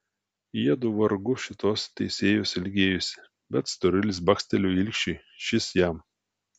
jiedu vargu šitos teisėjos ilgėjosi bet storulis bakstelėjo ilgšiui šis jam